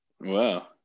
Wow